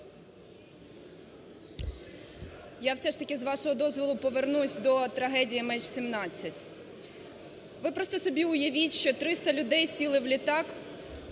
Я все ж таки з вашого дозволу повернусь до трагедії МН17. Ви просто собі уявіть, що 300 людей сіли в літак